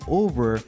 over